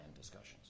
discussions